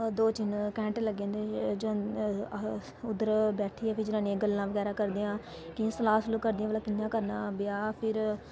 दो तिन घंटे लग्गी जंदे उद्धर लग्गी जंदे जनानियां गल्ला बगैरा करदियां किश सलाह् बगैरा करदियां मतलब कियां करना ब्याह फिर